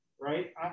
right